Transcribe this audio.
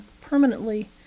permanently